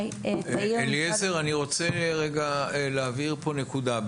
אליעזר, אני רוצה להבהיר כאן נקודה.